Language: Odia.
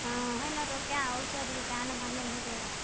ହଁ ହେନରୁ କିଆଁ ଔଷଧ ଗୁଟେ ଆନିବା ନାଇଁ ହେଲେ ଆରୁ